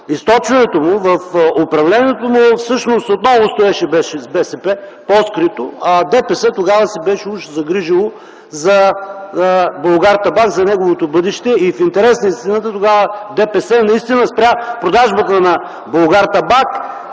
източването му, в управлението му отново стоеше БСП – по-скрито, а ДПС тогава уж се беше загрижило за „Булгартабак”, за неговото бъдеще. В интерес на истината тогава ДПС спря продажбата на „Булгартабак”